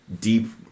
deep